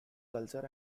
culture